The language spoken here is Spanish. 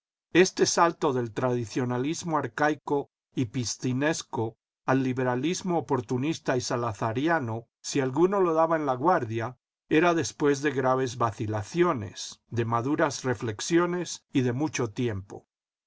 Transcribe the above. este salto del tradicionalismo arcaico y piscinesco al liberalismo oportunista y salazariano si alguno lo daba en laguardia era después de graves vacikiciones de maduras reflexiones y de mucho tiempo